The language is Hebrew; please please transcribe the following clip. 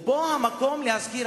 ופה המקום להזכיר,